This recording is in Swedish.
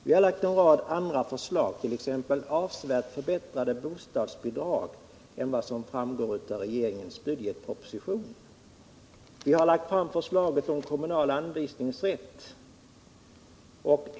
Vi har dessutom lagt fram en rad andra förslag, t.ex. om avsevärt bättre bostadsbidrag än vad regeringen föreslagit i sin budgetproposition. Vi har också lagt fram förslaget om kommunal anvisningsrätt.